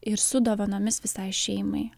ir su dovanomis visai šeimai